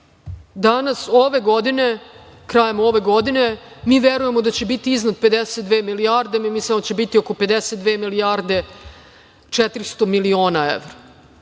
Danas, krajem ove godine mi verujemo da će biti iznad 52 milijarde. Mi mislimo da će biti oko 52 milijarde 400 miliona evra.